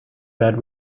bed